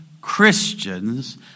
Christians